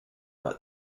but